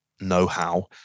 know-how